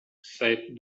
said